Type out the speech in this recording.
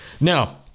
Now